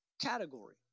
category